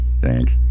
Thanks